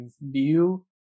view